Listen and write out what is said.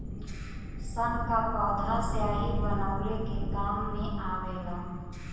सन क पौधा स्याही बनवले के काम मे आवेला